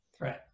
right